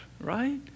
Right